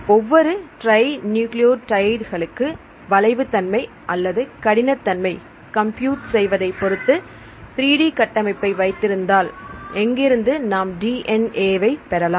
ஒவ்வொரு ட்ரை நியூக்ளியோடைடு களுக்கு வளைவு தன்மை அல்லது கடினத்தன்மை கம்ப்யூட் செய்வதை பொருத்து 3D கட்டமைப்பை வைத்திருந்தால் எங்கிருந்து நாம் DNAவை பெறலாம்